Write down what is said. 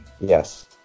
Yes